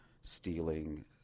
stealing